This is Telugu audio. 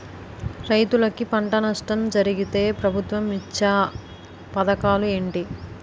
రైతులుకి పంట నష్టం జరిగితే ప్రభుత్వం ఇచ్చా పథకాలు ఏంటి?